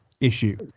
issue